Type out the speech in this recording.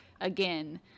Again